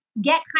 get